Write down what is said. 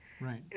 Right